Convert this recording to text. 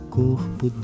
corpo